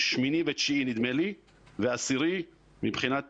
זה שמיני, תשיעי ועשירי נדמה לי מבחינת